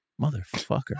Motherfucker